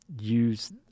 use